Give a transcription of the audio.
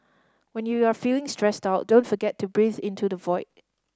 when you are feeling stressed out don't forget to breathe into the void